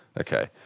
Okay